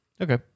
Okay